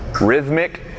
rhythmic